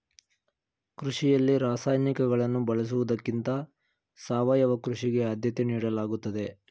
ಕೃಷಿಯಲ್ಲಿ ರಾಸಾಯನಿಕಗಳನ್ನು ಬಳಸುವುದಕ್ಕಿಂತ ಸಾವಯವ ಕೃಷಿಗೆ ಆದ್ಯತೆ ನೀಡಲಾಗುತ್ತದೆ